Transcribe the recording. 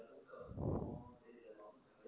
you know